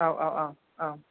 औ औ औ औ